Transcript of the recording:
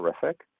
terrific